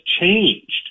changed